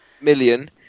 Million